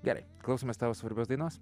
gerai klausomės tavo svarbios dainos